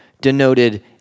denoted